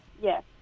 Yes